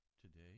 today